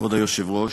כבוד היושב-ראש,